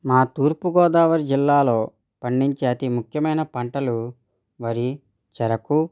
మా తూర్పు గోదావరి జిల్లాలో పండించే అతి ముఖ్యమైన పంటలు వరి చెరుకు